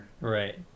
Right